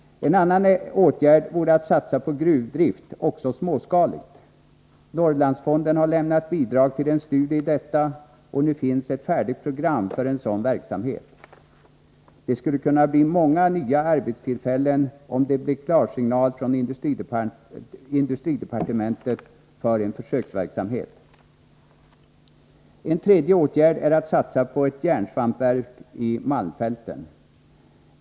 En annan åtgärd vore att satsa på gruvdrift — också småskaligt. Norrlandsfonden har lämnat bidrag till en studie i detta, och nu finns ett färdigt program för en sådan verksamhet. Det skulle kunna bli många nya arbetstillfällen, om det blev klarsignal från industridepartementet för en försöksverksamhet. En tredje åtgärd är att satsa på ett järnsvampsverk i malmfälten.